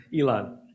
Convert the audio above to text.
elon